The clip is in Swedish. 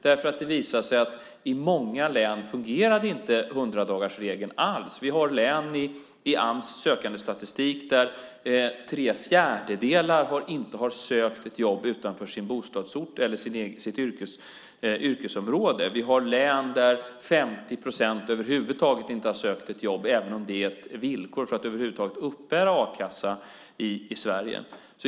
Det har visat sig att i många län fungerade inte hundradagarsregeln alls. Vi har län i Ams sökandestatistik där tre fjärdedelar inte har sökt ett jobb utanför sin bostadsort eller sitt yrkesområde. Vi har län där 50 procent över huvud taget inte har sökt ett jobb även om det är ett villkor för att över huvud taget uppbära a-kassa i Sverige.